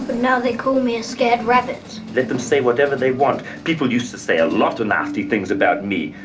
but now they call me a scared rabbit. rabbit. let them say whatever they want. people used to say a lot of nasty things about me.